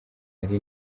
hari